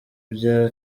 bya